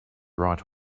right